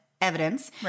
evidence